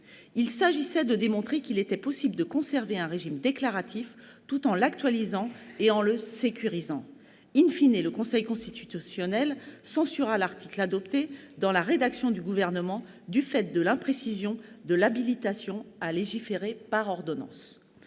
Il s'agissait de démontrer qu'il était possible de conserver un régime déclaratif tout en l'actualisant et le sécurisant., le Conseil constitutionnel censura l'article adopté dans la rédaction gouvernementale, du fait de l'imprécision de l'habilitation à légiférer par ordonnance.